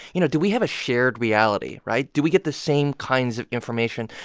you know, do we have a shared reality, right? do we get the same kinds of information?